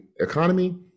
economy